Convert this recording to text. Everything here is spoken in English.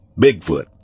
Bigfoot